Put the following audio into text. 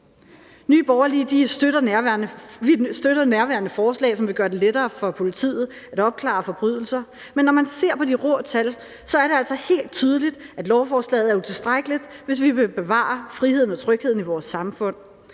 Nye Borgerlige støtter nærværende forslag, som vil gøre det lettere for politiet at opklare forbrydelser. Men når man ser på de rå tal, er det altså helt tydeligt, at lovforslaget er utilstrækkeligt, hvis vi vil bevare friheden og trygheden i vores samfund.